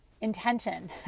intention